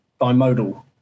bimodal